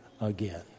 again